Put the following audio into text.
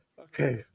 okay